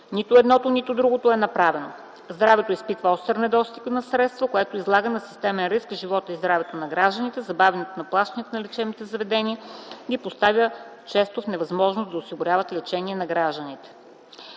Нито едното, нито другото е направено. Здравеопазването изпитва остър недостиг на средства, което излага на системен риск живота и здравето на гражданите. Забавянето на плащанията на лечебните заведения ги поставя често в невъзможност да осигуряват лечение на гражданите.